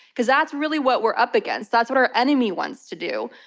cause that's really what we're up against. that's what our enemy wants to do.